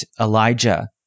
Elijah